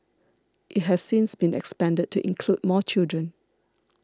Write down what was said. it has since been expanded to include more children